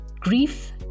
grief